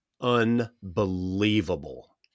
unbelievable